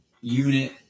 unit